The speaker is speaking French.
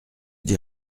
dis